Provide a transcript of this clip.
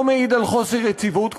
לא מעיד על חוסר יציבות,